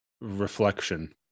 reflection